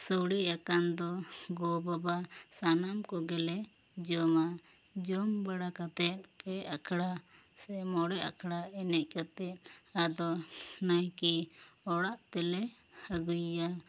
ᱥᱩᱲᱮ ᱟᱠᱟᱱ ᱫᱚ ᱜᱚ ᱵᱟᱵᱟ ᱥᱟᱱᱟᱢ ᱠᱚᱜᱮᱞᱮ ᱡᱚᱢᱟ ᱡᱚᱢ ᱵᱟᱲᱟ ᱠᱟᱛᱮᱜ ᱯᱮ ᱟᱠᱷᱲᱟ ᱥᱮ ᱢᱚᱬᱮ ᱟᱠᱷᱲᱟ ᱮᱱᱮᱡ ᱠᱟᱛᱮᱫ ᱟᱫᱚ ᱱᱟᱭᱠᱮ ᱚᱲᱟᱜ ᱛᱮᱞᱮ ᱟᱹᱜᱩᱭ ᱭᱟ